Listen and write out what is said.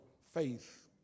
faith